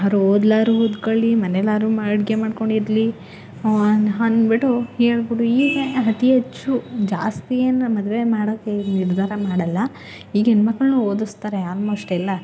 ಅವರು ಓದಾದ್ರು ಓದ್ಕೊಳ್ಳಿ ಮನೇಲಾದ್ರು ಮಾ ಅಡುಗೆ ಮಾಡ್ಕೊಂಡಿರಲಿ ಹ್ಞೂ ಅನ್ ಅಂದ್ಬಿಟ್ಟು ಹೇಳ್ಬಿಟ್ಟು ಈಗ ಅತಿ ಹೆಚ್ಚು ಜಾಸ್ತಿ ಏನು ಮದುವೆ ಮಾಡೋಕ್ಕೆ ನಿರ್ಧಾರ ಮಾಡಲ್ಲ ಈಗ ಹೆಣ್ಮಕ್ಳನ್ನು ಓದಿಸ್ತಾರೆ ಆಲ್ಮೋಸ್ಟ್ ಎಲ್ಲ